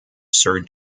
sir